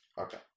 Okay